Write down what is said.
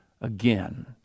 again